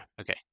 Okay